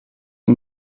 ihn